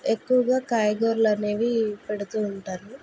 ఎక్కువగా కాయగూరలు అనేవి పెడుతూ ఉంటాను